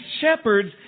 shepherds